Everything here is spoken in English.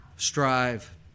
Strive